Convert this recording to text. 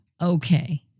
okay